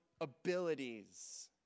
abilities